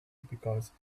because